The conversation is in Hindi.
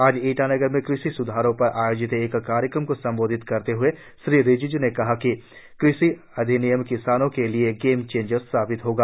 आज ईटानगर में कृषि स्धारों पर आयोजित एक कार्यक्रम को संबोधित करते हए श्री रिजिज् ने कहा है कि क़षि अधिनियम किसानों के लिए गेंमचेंजर साबित होगा